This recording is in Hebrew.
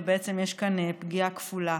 ובעצם יש כאן פגיעה כפולה.